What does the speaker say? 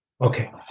Okay